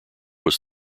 was